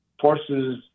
forces